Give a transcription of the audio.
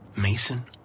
Mason